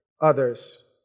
others